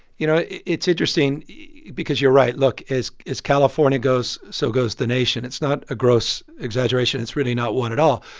you know, it's interesting because you're right. look. as california goes, so goes the nation. it's not a gross exaggeration. it's really not one at all.